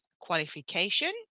Qualification